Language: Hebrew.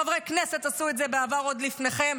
חברי כנסת עשו את זה בעבר עוד לפניכם.